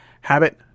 Habit